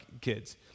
kids